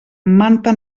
manta